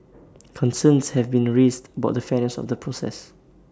concerns have been raised about the fairness of the process